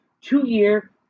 two-year